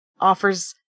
offers